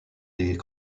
des